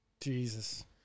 Jesus